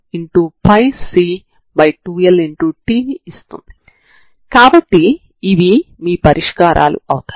కాబట్టి సమాకలనం ను 0 నుండి 0 వరకు చేయాల్సి ఉంటుంది